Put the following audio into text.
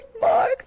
mark